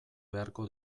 beharko